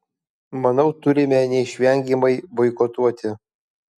manau turime neišvengiamai boikotuoti